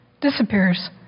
disappears